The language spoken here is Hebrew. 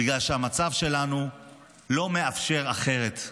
בגלל שהמצב שלנו לא מאפשר אחרת.